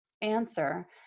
answer